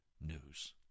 news